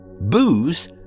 booze